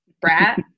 brat